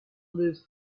lose